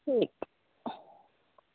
ठीक